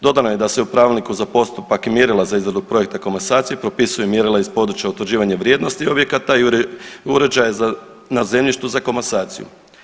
Dodano je da se u Pravilniku za postupak i mjerila za izradu projekta komasacije propisuju mjerila iz područja utvrđivanja vrijednosti objekata i uređaja na zemljištu za komasaciju.